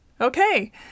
Okay